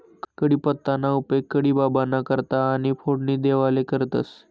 कढीपत्ताना उपेग कढी बाबांना करता आणि फोडणी देवाले करतंस